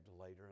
later